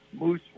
moose